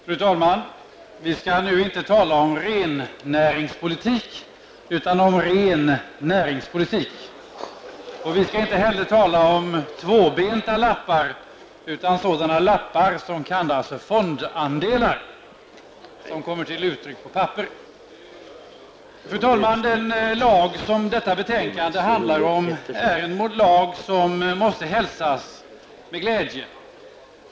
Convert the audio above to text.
Fru talman! Vi skall nu inte tala om rennäringspolitik, utan om ren näringspolitik. Vi skall inte heller tala om tvåbenta lappar, utan om sådana lappar som kallas fondandelar och kommer till uttryck på papper. Fru talman! Den lag som detta betänkande handlar om är en lag som måste hälsas med glädje.